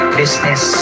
business